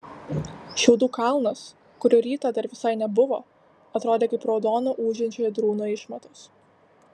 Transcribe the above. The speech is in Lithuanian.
šiaudų kalnas kurio rytą dar visai nebuvo atrodė kaip raudono ūžiančio ėdrūno išmatos